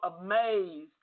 amazed